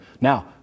Now